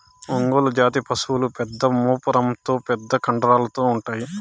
ఒంగోలు జాతి పసులు పెద్ద మూపురంతో పెద్ద కండరాలతో ఉంటాయి